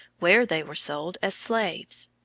where they were sold as slaves.